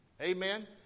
Amen